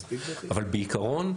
אבל בעיקרון,